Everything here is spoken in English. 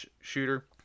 shooter